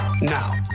Now